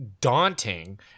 daunting